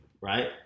right